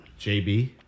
JB